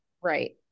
Right